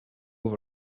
over